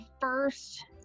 first